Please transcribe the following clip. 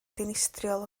dinistriol